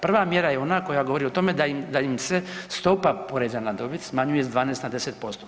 Prva mjera je ona koja govori o tome da im se stopa poreza na dobit smanjuje s 12 na 10%